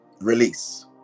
Release